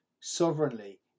sovereignly